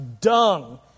dung